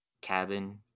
cabin